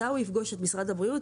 מתי הוא יפגוש את משרד בריאות?